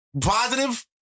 Positive